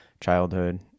childhood